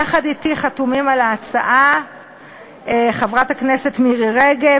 יחד אתי חתומים על ההצעה חברי הכנסת מירי רגב,